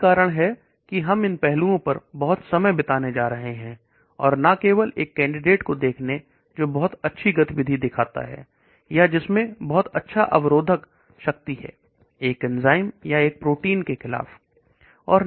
यही कारण है कि हम इन पहलुओं पर बहुत समय बिताने जा रहे हैं और ना केवल एक कैंडिडेट को देखेंगे जो बहुत अच्छी गतिविधि दिखाता है जिसमें एक प्रोटीन या एंजाइम के खिलाफ अवरोधक शक्ति बहुत अच्छी है